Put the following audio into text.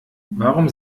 warum